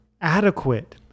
adequate